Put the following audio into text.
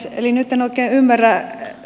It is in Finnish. nyt en oikein ymmärrä